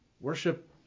Worship